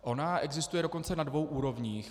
Ona existuje dokonce na dvou úrovních.